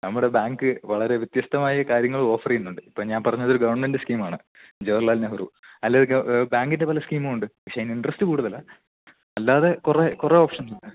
നമ്മുടെ ബാങ്ക് വളരെ വ്യത്യസ്തമായ കാര്യങ്ങൾ ഓഫറ് ചെയ്യുന്നുണ്ട് ഇപ്പം ഞാൻ പറഞ്ഞതൊരു ഗവൺമെൻറ്റ് സ്കീമ് ആണ് ജവഹർലാൽ നെഹ്റു അല്ലെ ഒരു ബാങ്കിൻ്റെ പല സ്കീമുമുണ്ട് പക്ഷെ അതിന് ഇൻട്രെസ്റ്റ് കൂടുതലാ അല്ലാതെ കുറേ കുറേ ഓപ്ഷന്സ് ഉണ്ട്